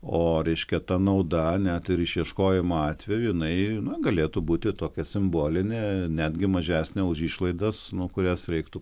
o reiškia ta nauda net ir išieškojimo atveju jinai galėtų būti tokia simbolinė netgi mažesnė už išlaidas nu kurias reiktų